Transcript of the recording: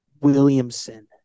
Williamson